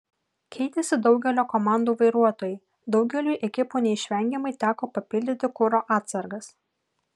keitėsi daugelio komandų vairuotojai daugeliui ekipų neišvengiamai teko papildyti kuro atsargas